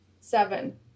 Seven